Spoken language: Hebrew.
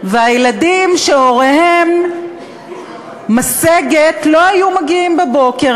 והילדים שיד הוריהם משגת לא היו מגיעים בבוקר,